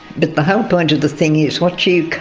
but the whole point of the thing is, what you